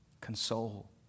console